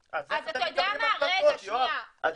שנייה,